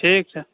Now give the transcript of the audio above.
ठीक छै